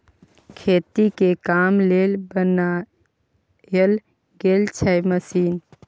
खेती के काम लेल बनाएल गेल छै मशीन